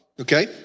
okay